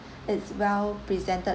it's well presented